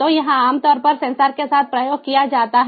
तो यह आमतौर पर सेंसर के साथ प्रयोग किया जाता है